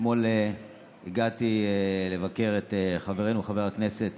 אתמול הגעתי לבקר את חברנו חבר הכנסת